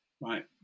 right